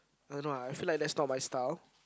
I don't know ah I feel like that's not my style